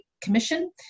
Commission